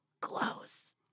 close